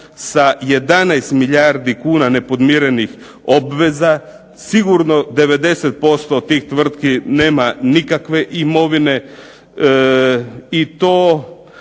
sa 11 milijardi kuna nepodmirenih obveza, sigurno 90% tih tvrtki nema nikakve imovine i to